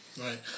right